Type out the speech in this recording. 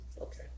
Okay